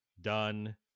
done